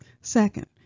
Second